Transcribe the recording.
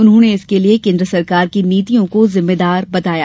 उन्होंने इसके लिए केंद्र सरकार की नीतियों को जिम्मेदार बताया